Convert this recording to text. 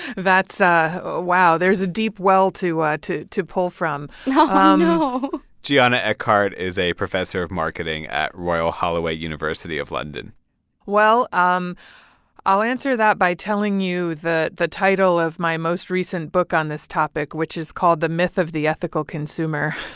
that's ah ah wow. there's a deep well to ah to pull from oh, um no giana eckhardt is a professor of marketing at royal holloway, university of london well, um i'll answer that by telling you the the title of my most recent book on this topic, which is called the myth of the ethical consumer.